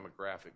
demographic